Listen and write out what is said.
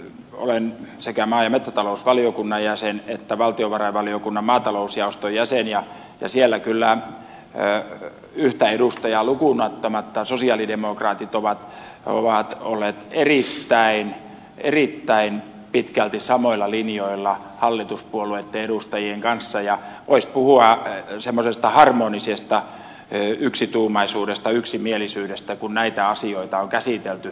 olen sekä maa ja metsätalousvaliokunnan jäsen että valtiovarainvaliokunnan maatalousjaoston jäsen ja siellä kyllä yhtä edustajaa lukuun ottamatta sosialidemokraatit ovat olleet erittäin pitkälti samoilla linjoilla hallituspuolueitten edustajien kanssa ja voisi puhua semmoisesta harmonisesta yksituumaisuudesta yksimielisyydestä kun näitä asioita on käsitelty